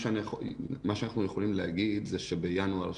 מה שאנחנו יכולים להגיד זה שבינואר,